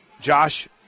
Josh –